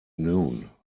noon